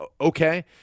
okay